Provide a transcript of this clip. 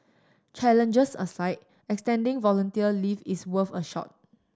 challenges aside extending volunteer leave is worth a shot